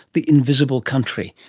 the invisible country,